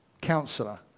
councillor